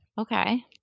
Okay